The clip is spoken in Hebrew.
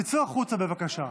תצאו החוצה, בבקשה.